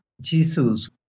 Jesus